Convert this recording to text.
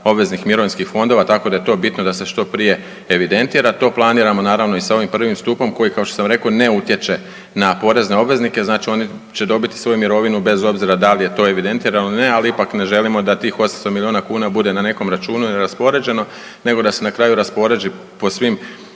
obveznih mirovinskih fondova tako da je to bitno da se što prije evidentira. To planiramo naravno i sa ovim prvim stupom koji kao što sam rekao ne utječe na porezne obveznike znači oni će dobiti svoju mirovinu bez obzira da li je to evidentirano ili ne ali ipak ne želimo da tih 800 milijuna kuna bude na nekom računu neraspoređeno nego da se na kraju rasporedi po svim